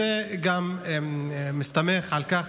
זה מסתמך גם על כך